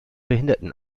behinderten